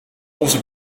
onze